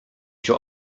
się